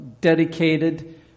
dedicated